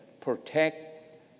protect